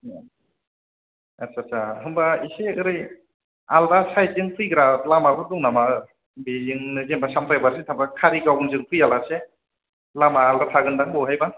आदसा आदसा होमबा एसे ओरै आलादा साइडजों फैग्रा लामाफोर दं नामा बेजोंनो सामथाइबारिजों थांबा कारिगाव जों फैया लासे लामा आलादा थागोन दां बहायबा